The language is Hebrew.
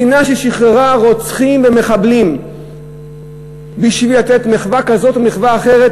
מדינה ששחררה רוצחים ומחבלים בשביל לתת מחווה כזאת או מחווה אחרת,